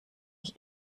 ich